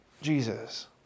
Jesus